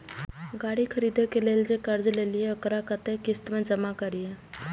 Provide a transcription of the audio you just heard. गाड़ी खरदे के लेल जे कर्जा लेलिए वकरा कतेक किस्त में जमा करिए?